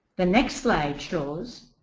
the next slide shows